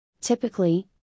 Typically